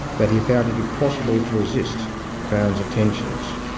that he found it impossible to resist crown's attentions.